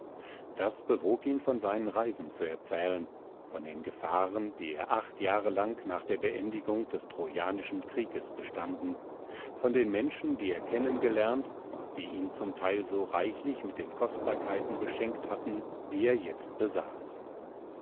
das bewog ihn von seinen reisen zu erzählen von den gefahren die er acht jahre lang nach der beendigung des trojanischen krieges bestanden von den menschen die er kennen gelernt und die ihn zum teil so reichlich mit den kostbarkeiten beschenkt hatten die er jetzt besaß